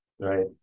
right